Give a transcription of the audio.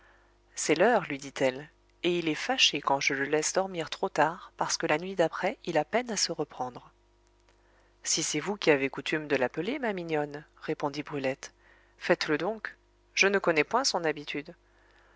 c'est l'heure lui dit-elle et il est fâché quand je le laisse dormir trop tard parce que la nuit d'après il a peine à se reprendre si c'est vous qui avez coutume de l'appeler ma mignonne répondit brulette faites-le donc je ne connais point son habitude